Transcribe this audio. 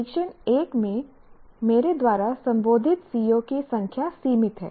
परीक्षण 1 में मेरे द्वारा संबोधित CO की संख्या सीमित है